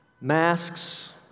Masks